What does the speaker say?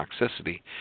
toxicity